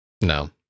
No